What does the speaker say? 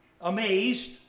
amazed